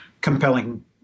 compelling